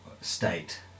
state